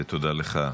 ותודה לך.